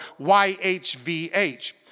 YHVH